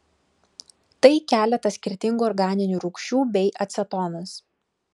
tai keletas skirtingų organinių rūgščių bei acetonas